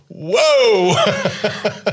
whoa